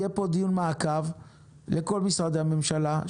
יהיה פה דיון מעקב לכל משרדי הממשלה.